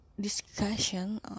discussion